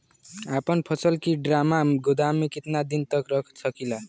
अपना फसल की ड्रामा गोदाम में कितना दिन तक रख सकीला?